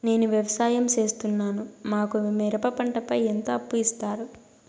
నేను వ్యవసాయం సేస్తున్నాను, మాకు మిరప పంటపై ఎంత అప్పు ఇస్తారు